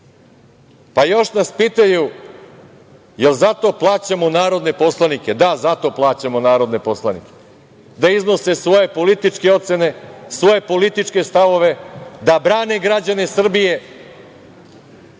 pa još nas pitaju – jel zato plaćamo narodne poslanike? Da, zato plaćamo narodne poslanike, da iznose svoje političke ocene, svoje političke stavove, da brane građane Srbije